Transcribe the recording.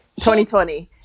2020